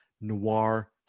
noir